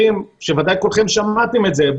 שוודאי כולכם שמעתם את זה,